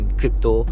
crypto